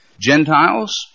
Gentiles